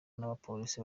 n’abapolisi